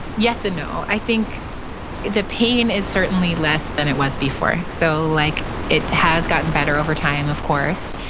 yes and no. i think the pain is certainly less than it was before, so like it has gotten better over time, of course,